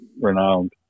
renowned